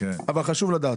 אבל חשוב לדעת,